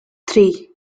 three